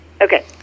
Okay